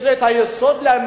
יש לי את היסוד להניח,